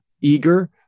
eager